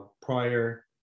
prior